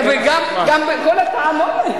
אני גם מסתכלת עליו, וגם כל הטענות הן אליו.